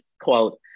quote